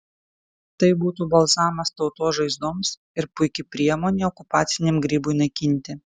tai būtų balzamas tautos žaizdoms ir puiki priemonė okupaciniam grybui naikinti